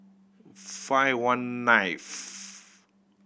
five one ninth